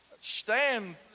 stand